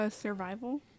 Survival